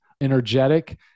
energetic